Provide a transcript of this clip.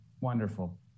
Wonderful